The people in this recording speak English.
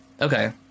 okay